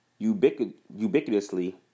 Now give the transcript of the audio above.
ubiquitously